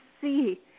see